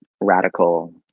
radical